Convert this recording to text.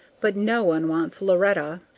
but no one wants loretta.